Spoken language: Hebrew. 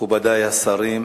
מכובדי השרים,